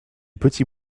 petit